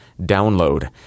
download